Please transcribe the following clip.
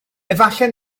efallai